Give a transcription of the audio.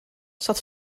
zat